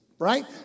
Right